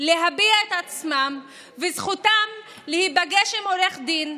להביע את עצמם וזכותם להיפגש עם עורך דין,